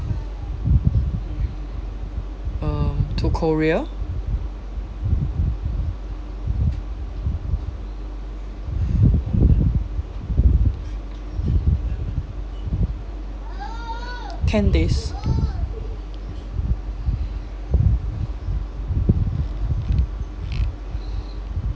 um to korea ten days